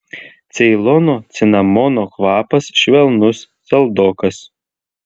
ceilono cinamono kvapas švelnus saldokas